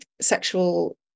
sexual